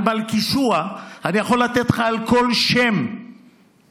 במלכישוע אני יכול לתת לך על כל שם פירוט,